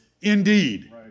indeed